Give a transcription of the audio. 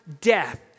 death